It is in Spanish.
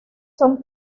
son